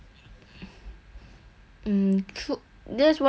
mm true that's one way of looking at it lor but